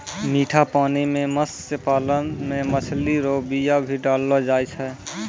मीठा पानी मे मत्स्य पालन मे मछली रो बीया भी डाललो जाय छै